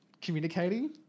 communicating